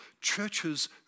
churches